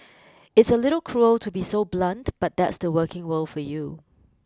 it's a little cruel to be so blunt but that's the working world for you